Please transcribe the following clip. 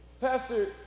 Pastor